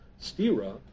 stira